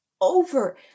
over